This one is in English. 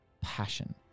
passion